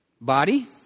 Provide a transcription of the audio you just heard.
body